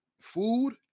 food